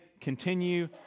continue